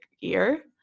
year